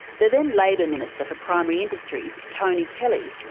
the then labour minister for primary industries, tony kelly,